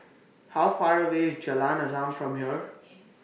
How Far away IS Jalan Azam from here